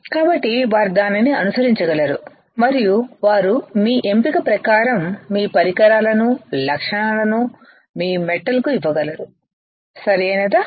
కాబట్టి వారు దానిని అనుసరించగలరు మరియు వారు మీ ఎంపిక ప్రకారం మీ పరికరాలను లక్షణాలను మీమెటల్ కు ఇవ్వగలరు సరియైనదా